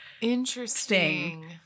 interesting